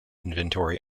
inventory